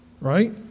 right